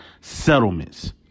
settlements